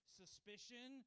suspicion